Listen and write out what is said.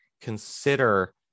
consider